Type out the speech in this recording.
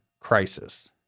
crisis